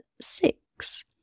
six